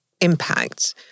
impact